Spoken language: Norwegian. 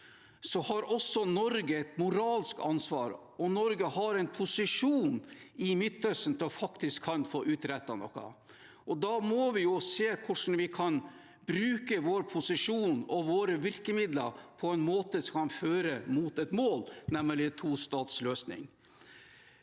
har også Norge et moralsk ansvar, og Norge har en posisjon i Midtøsten til faktisk å kunne få utrettet noe. Da må vi se på hvordan vi kan bruke vår posisjon og våre virkemidler på en måte som kan føre mot et mål, nemlig en tostatsløsning.